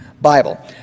Bible